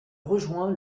rejoint